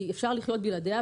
אפשר לחיות בלעדיה,